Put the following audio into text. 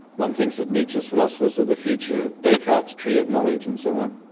one thinks of nietzsche's philosophers of the future, descartes' tree of knowledge and so on.